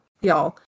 y'all